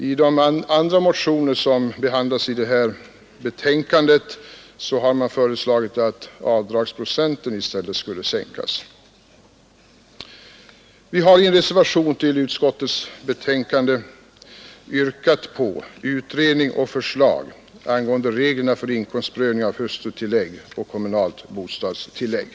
I de andra motionerna som behandlas i detta betänkande har man föreslagit att avdragsprocenten i stället skulle sänkas. Vi har i en reservation till utskottets betänkande yrkat på utredning och förslag angående reglerna för inkomstprövning av hustrutillägg och kommunalt bostadstillägg.